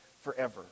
forever